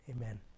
Amen